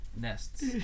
nests